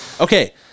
Okay